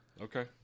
Okay